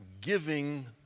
giving